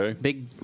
big